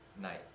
Night